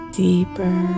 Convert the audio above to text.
deeper